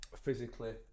physically